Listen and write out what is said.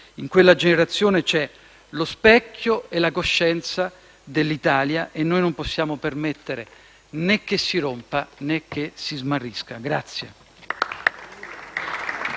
in quella generazione ci sono lo specchio e la coscienza dell'Italia e noi non possiamo permettere che si rompa, né che si smarrisca.